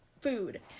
food